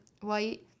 white